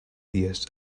dies